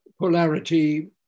polarity